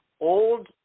old